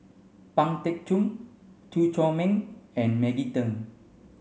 Pang Teck Joon Chew Chor Meng and Maggie Teng